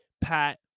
Pat